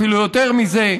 אפילו יותר מזה.